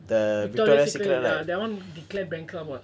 victoria secrets ya that [one] declared bankrupt [what]